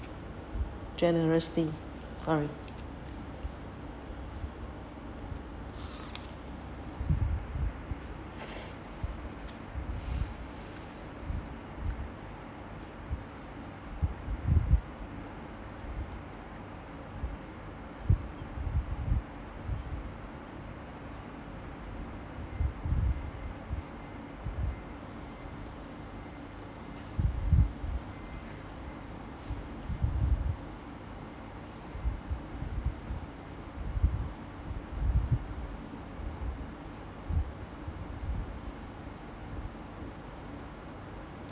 generously sorry